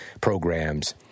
programs